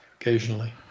occasionally